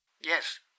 Yes